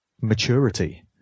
maturity